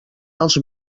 els